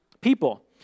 people